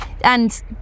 And